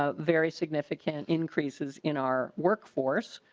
ah very significant increases in our workforce.